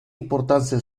importancia